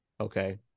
okay